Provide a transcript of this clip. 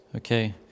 Okay